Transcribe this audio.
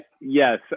yes